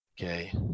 okay